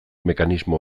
mekanismo